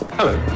Hello